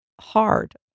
hard